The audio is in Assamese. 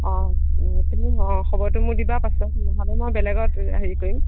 অ অ তুমি অ খবৰটো মোক দিবা পাছত নহ'লে মই বেলেগত হেৰি কৰিম